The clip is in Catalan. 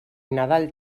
nadal